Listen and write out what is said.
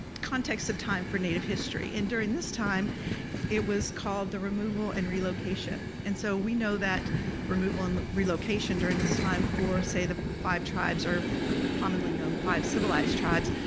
contexts of time for native history. and during this time it was called the removal and relocation. and so we know that removal and relocation during this time for say the five tribes, or commonly known, five civilized tribes,